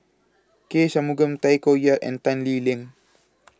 K Shanmugam Tay Koh Yat and Tan Lee Leng